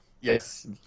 Yes